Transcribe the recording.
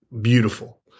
Beautiful